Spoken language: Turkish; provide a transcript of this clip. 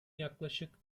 yaklaşık